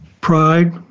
pride